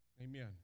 amen